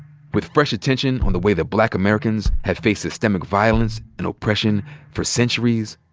with fresh attention on the way that black americans have faced systemic violence and oppression for centuries,